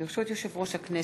ברשות יושב-ראש הכנסת,